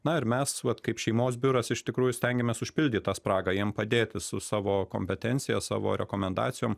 na ir mes vat kaip šeimos biuras iš tikrųjų stengiamės užpildyt tą spragą jiem padėti su savo kompetencija savo rekomendacijom